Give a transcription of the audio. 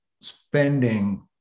spending